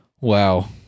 wow